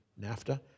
NAFTA